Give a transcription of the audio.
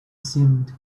seemed